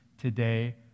today